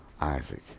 Isaac